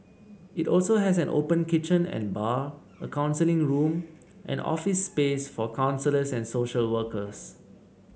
it also has an open kitchen and bar a counselling room and office space for counsellors and social workers